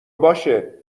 باشه